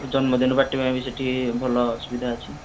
ଜନ୍ମ ଦିନ ପାର୍ଟି ପାଇଁ ବି ସେଠି ଭଲ ସୁବିଧା ଅଛି